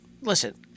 listen